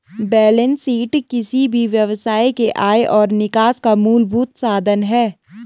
balance sheet किसी भी व्यवसाय के आय और निकास का मूलभूत साधन है